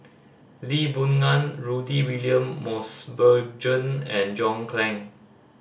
Lee Boon Ngan Rudy William Mosbergen and John Clang